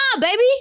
baby